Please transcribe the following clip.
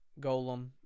Golem